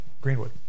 Greenwood